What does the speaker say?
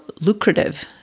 lucrative